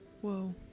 Whoa